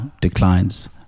declines